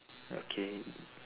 okay